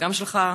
וגם שלך,